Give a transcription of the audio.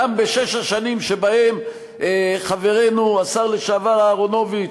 גם בשש השנים שבהן חברנו השר לשעבר אהרונוביץ,